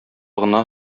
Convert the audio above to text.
гына